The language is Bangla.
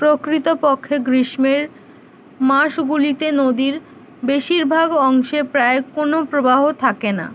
প্রকৃতপক্ষে গ্রীষ্মের মাসগুলিতে নদীর বেশিরভাগ অংশে প্রায় কোনো প্রবাহ থাকে না